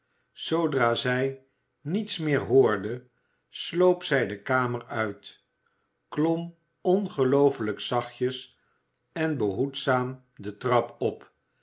zoodra zij niets meer hoorde sloop zij de kamer uit klom ongelooflijk zachtjes en behoedzaam de trap op